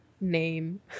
name